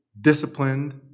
disciplined